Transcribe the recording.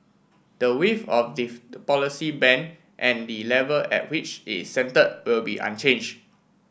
the width of the policy band and the level at which it is centred will be unchanged